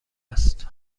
است